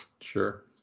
Sure